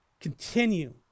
continue